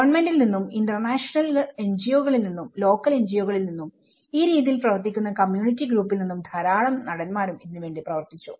ഗവണ്മെന്റിൽനിന്നും international NGO കളിൽ നിന്നുംലോക്കൽ NGO കളിൽ നിന്നും ഈ രീതിയിൽ പ്രവർത്തിക്കുന്ന കമ്മ്യൂണിറ്റി ഗ്രൂപ്പിൽ നിന്നും ധാരാളം നടന്മാരും ഇതിന് വേണ്ടി പ്രവർത്തിച്ചു